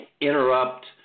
interrupt